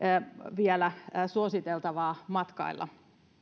vielä suositeltavaa matkailla